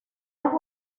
las